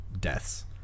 deaths